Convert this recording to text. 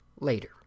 later